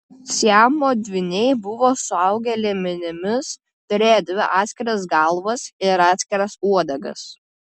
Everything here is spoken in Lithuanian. siamo dvyniai buvo suaugę liemenimis turėjo dvi atskiras galvas ir atskiras uodegas